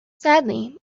sadly